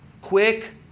quick